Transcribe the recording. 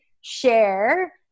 share